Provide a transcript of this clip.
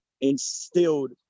instilled